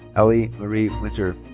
ally marie winter.